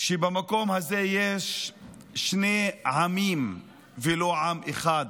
שבמקום הזה יש שני עמים ולא עם אחד,